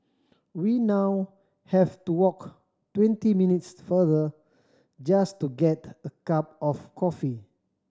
we now have to walk twenty minutes farther just to get a cup of coffee